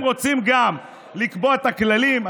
אתם רוצים גם לקבוע את הכללים,